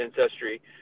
ancestry